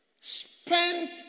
spent